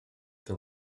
the